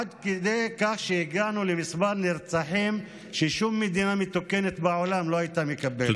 עד כדי כך שהגענו למספר נרצחים ששום מדינה מתוקנת בעולם לא הייתה מקבלת.